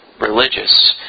religious